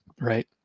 right